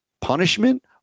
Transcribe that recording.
punishment